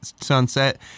sunset